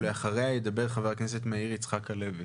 ואחריה ידבר חבר הכנסת מאיר יצחק הלוי.